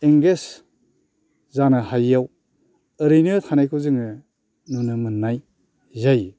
engage जानो हायैयाव ओरैनो थानायखौ जोङो नुनो मोननाय जायो